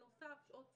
בנוסף, שעות סיוע.